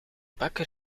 bakker